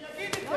שיגיד את זה.